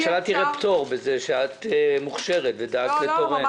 הממשלה תראה פטור בזה שאת מוכשרת ודאגת לתורם.